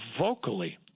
vocally